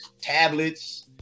tablets